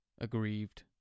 aggrieved